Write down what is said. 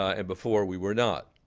ah and before we were not.